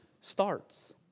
starts